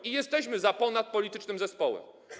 I jesteśmy za ponadpolitycznym zespołem.